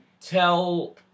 tell